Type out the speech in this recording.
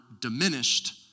diminished